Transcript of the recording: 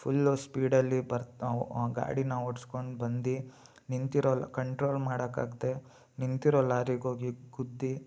full ಸ್ಪೀಡಲ್ಲಿ ಬರ್ತಾ ಆ ಗಾಡಿನ ಓಡ್ಸ್ಕೊಂಡು ಬಂದು ನಿಂತಿರೋಲ್ ಕಂಟ್ರೋಲ್ ಮಾಡೋಕ್ಕಾಗ್ದೇ ನಿಂತಿರೋ ಲಾರಿಗೋಗಿ ಗುದ್ದಿ